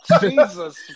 Jesus